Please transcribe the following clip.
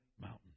mountain